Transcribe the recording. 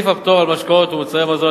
סעיף הפטור על משקאות ומוצרי מזון,